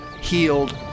healed